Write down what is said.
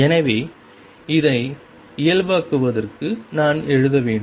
எனவே அதை இயல்பாக்குவதற்கு நான் எழுத வேண்டும்